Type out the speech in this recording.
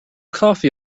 coffee